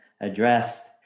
addressed